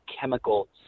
chemical